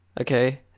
okay